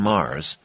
Mars